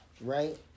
Right